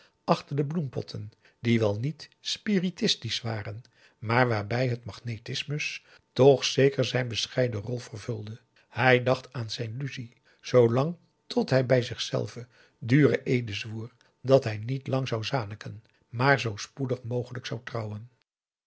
achter de bloempotten die wel niet spiritistisch waren maar waarbij het magnetismus toch zeker zijn bescheiden rol vervulde hij dacht aan zijn lucie zoolang tot hij bij zichzelven dure eeden zwoer dat hij niet lang zou zaniken maar zoo spoedig mogelijk zou trouwen